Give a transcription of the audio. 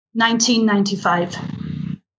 1995